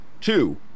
Two